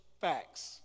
facts